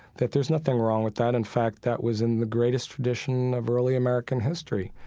that there's nothing wrong with that. in fact, that was in the greatest tradition of early american history.